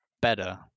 better